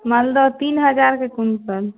मालदह तीन हजारके क्विन्टल